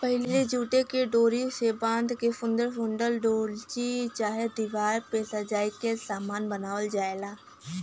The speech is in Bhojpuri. पहिले जूटे के डोरी से बाँध के सुन्दर सुन्दर डोलची चाहे दिवार पे सजाए के सामान बनावल जाला